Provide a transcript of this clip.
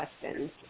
questions